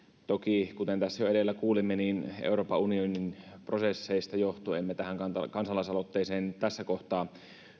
toki kuten tässä jo edellä kuulimme niin euroopan unionin prosesseista johtuen emme tähän kansalaisaloitteeseen nyt tässä kohtaa